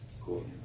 Cool